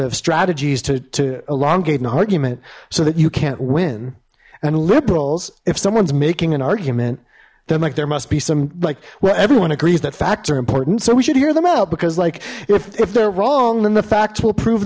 of strategies to elongate an argument so that you can't win and liberals if someone's making an argument then like there must be some like well everyone agrees that facts are important so we should hear them out because like if if they're wrong then the facts will prove